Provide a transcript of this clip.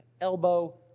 elbow